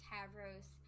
Tavros